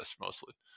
mostly